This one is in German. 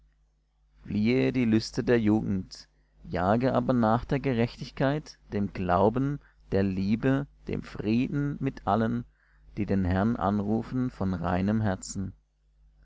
fliehe die lüste der jugend jage aber nach der gerechtigkeit dem glauben der liebe dem frieden mit allen die den herrn anrufen von reinem herzen